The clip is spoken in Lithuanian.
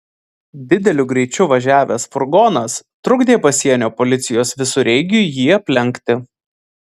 dideliu greičiu važiavęs furgonas trukdė pasienio policijos visureigiui jį aplenkti